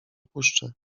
opuszczę